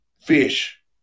fish